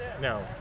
no